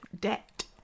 debt